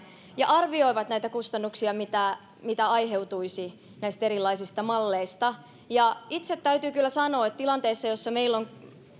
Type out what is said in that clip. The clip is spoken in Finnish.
ja arvioivat näitä kustannuksia mitä mitä aiheutuisi näistä erilaisista malleista itse täytyy kyllä sanoa että tilanteessa jossa meillä suomessa on ollut